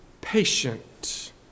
patient